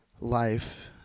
life